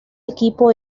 equipo